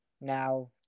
now